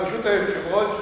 ברשות היושב-ראש.